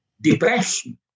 depression